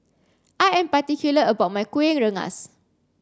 I am particular about my Kuih Rengas